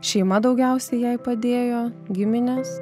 šeima daugiausiai jai padėjo giminės